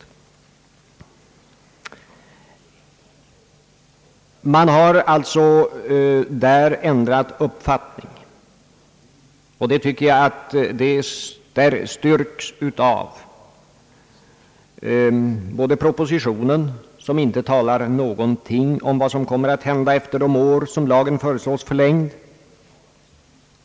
Där har man alltså ändrat uppfattning, och det styrks av propositionen som inte alls talar om vad som kommer att hända efter de år med vilka lagen föreslås förlängd.